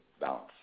balance